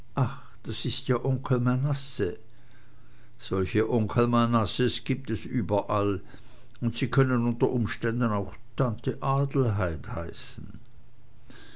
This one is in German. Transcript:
das ist ja onkel manasse solche onkel manasses gibt es überall und sie können unter umständen auch tante adelheid heißen